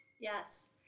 yes